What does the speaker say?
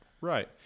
Right